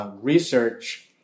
research